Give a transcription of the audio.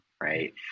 Right